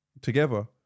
Together